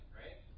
right